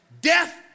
Death